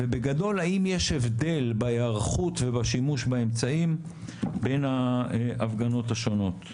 ובגדול האם יש הבדל בהיערכות ובשימוש באמצעים בין ההפגנות השונות.